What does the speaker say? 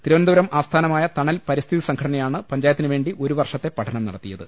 തിരുവനന്തപുരം ആസ്ഥാനമായ തണൽ പരിസ്ഥിതി സംഘടനയാണ് പഞ്ചായത്തിനുവേണ്ടി ഒരു വർഷത്തെ പഠനം നടത്തിയത്